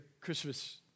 Christmas